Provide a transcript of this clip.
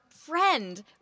friend